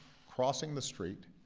crossing the street